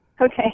Okay